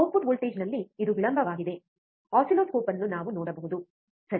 output ವೋಲ್ಟೇಜ್ನಲ್ಲಿ ಇದು ವಿಳಂಬವಾಗಿದೆ ಆಸಿಲ್ಲೋಸ್ಕೋಪ್ ಅನ್ನು ನಾವು ನೋಡಬಹುದು ಸರಿ